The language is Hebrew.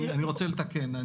אני רוצה לתקן.